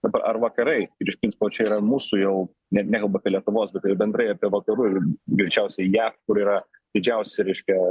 dabar ar vakarai ir iš principo čia yra mūsų jau ne nekalbu apie lietuvos bet ir bendrai apie vakarų ir greičiausiai jav kur yra didžiausi reiškia